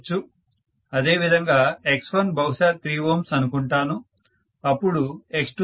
అదే విధంగా X1 బహుశా 3 Ω అనుకుంటాను అప్పుడు X2 దాదాపుగా 340